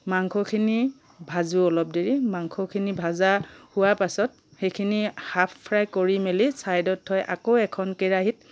মাংসখিনি ভাজো অলপ দেৰি মাংসখিনি ভজা হোৱা পাছত সেইখিনি হাফ ফ্ৰাই কৰি মেলি ছাইদত থৈ আকৌ এখন কেৰাহীত